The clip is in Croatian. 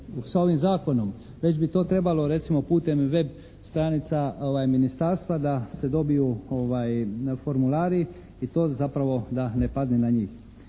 sa ovim zakonom, već bi to trebalo recimo putem web stranica ministarstva da se dobiju formulari i to zapravo da ne padne na njih.